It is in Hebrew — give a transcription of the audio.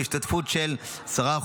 בהשתתפות של 10%,